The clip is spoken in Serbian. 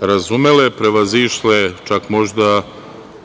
razumele, prevazišle, čak možda